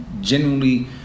genuinely